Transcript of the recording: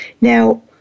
Now